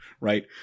Right